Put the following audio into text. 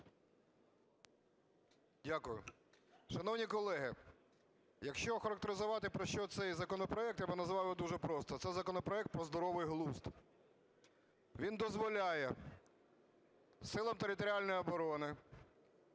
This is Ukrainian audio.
Дякую. Шановні колеги, якщо охарактеризувати, про що цей законопроект, я би назвав його дуже просто: це законопроект про здоровий глузд. Він дозволяє силам територіальної оборони